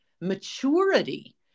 maturity